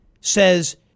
says